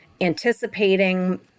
anticipating